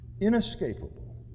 inescapable